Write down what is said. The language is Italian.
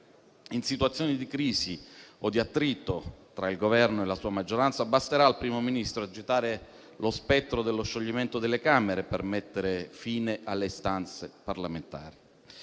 In situazioni di crisi o di attrito tra il Governo e la sua maggioranza, basterà al Primo Ministro agitare lo spettro dello scioglimento delle Camere per mettere fine alle istanze parlamentari.